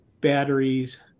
batteries